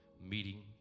meeting